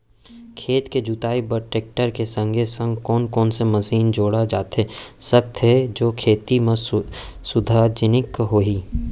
खेत के जुताई बर टेकटर के संगे संग कोन कोन से मशीन जोड़ा जाथे सकत हे जो खेती म सुविधाजनक होही?